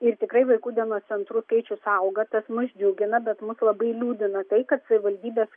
ir tikrai vaikų dienos centrų skaičius auga tas mus džiugina bet mus labai liūdina tai kad savivaldybės